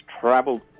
traveled